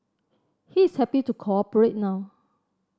he is happy to cooperate now